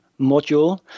module